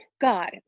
God